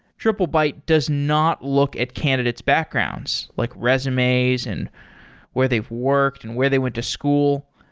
triplebyte does not look at candidate's backgrounds, like resumes and where they've worked and where they went to school.